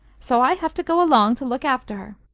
so i have to go along to look after her.